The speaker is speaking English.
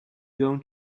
going